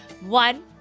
One